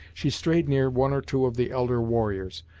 she strayed near one or two of the elder warriors,